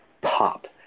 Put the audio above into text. pop